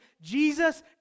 Jesus